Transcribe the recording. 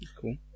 Cool